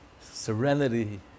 serenity